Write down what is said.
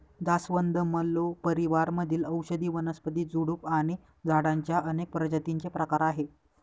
जास्वंद, मल्लो परिवार मधील औषधी वनस्पती, झुडूप आणि झाडांच्या अनेक प्रजातींचे प्रकार आहे